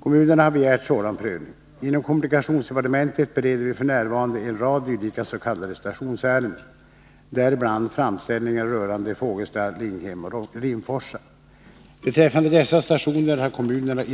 Kommunerna har begärt sådan prövning. Inom kommunikationsdepartementet bereder vi f. n. en rad dylika s.k. stationsärenden, däribland framställningarna rörande Fågelsta, Ling hem och Rimforsa. Beträffande dessa stationer har kommunerna